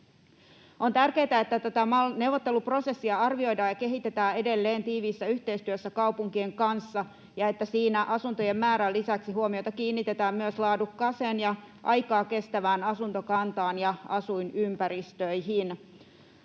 On tärkeätä, että tätä MAL-neuvotteluprosessia arvioidaan ja kehitetään edelleen tiiviissä yhteistyössä kaupunkien kanssa ja että siinä asuntojen määrän lisäksi huomiota kiinnitetään myös laadukkaaseen ja aikaa kestävään asuntokantaan ja asuinympäristöihin.